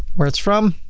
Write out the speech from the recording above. where it's from.